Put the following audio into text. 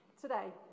today